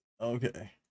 Okay